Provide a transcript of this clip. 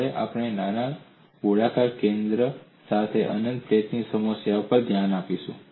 હવે આપણે નાના ગોળાકાર છિદ્ર સાથે અનંત પ્લેટની સમસ્યા પર ધ્યાન આપીશું